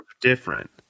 different